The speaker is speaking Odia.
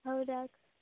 ହଉ ରଖ